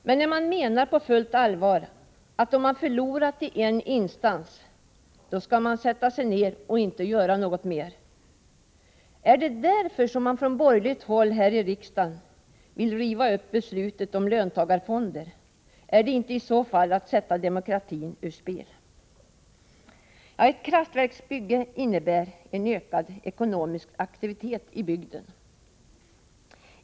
Menar ni på fullt allvar att om man har förlorat i en instans, skall man sätta sig ner och inte göra något mer? Är det därför som ni från borgerligt håll här i riksdagen vill riva upp beslutet om löntagarfonder? Är inte det i så fall att sätta demokratin ur spel? Ett kraftverksbygge innebär en ökad ekonomisk aktivitet i bygden.